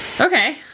Okay